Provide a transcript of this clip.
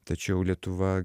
tačiau lietuva